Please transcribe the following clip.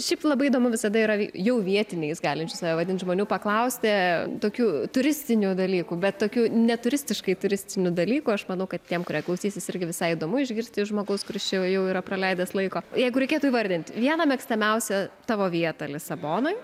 šiaip labai įdomu visada yra jau vietiniais galim čia save vadint žmonių paklausti tokių turistinių dalykų bet tokių neturistiškai turistinių dalykų aš manau kad tiem kurie klausysis irgi visai įdomu išgirsti iš žmogus kuris čia jau yra praleidęs laiko jeigu reikėtų įvardint vieną mėgstamiausią tavo vietą lisabonoj